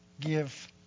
give